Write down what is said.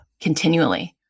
continually